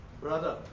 brother